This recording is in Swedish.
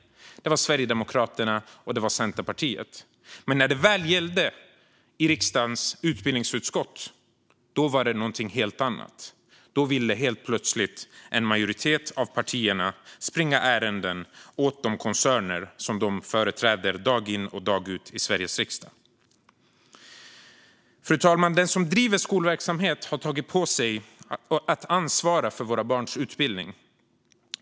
Det var Sverigedemokraterna och Centerpartiet. Men när det väl gällde i riksdagens utbildningsutskott var det någonting helt annat; då ville helt plötsligt en majoritet av partierna springa ärenden åt de koncerner som de företräder dag in och dag ut i Sveriges riksdag. Fru talman! Den som bedriver skolverksamhet har tagit på sig att ansvara för våra barns utbildning.